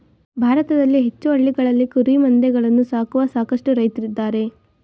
ಭಾರತದಲ್ಲಿ ಹೆಚ್ಚು ಹಳ್ಳಿಗಳಲ್ಲಿ ಕುರಿಮಂದೆಗಳನ್ನು ಸಾಕುವ ಸಾಕಷ್ಟು ರೈತ್ರಿದ್ದಾರೆ